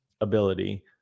ability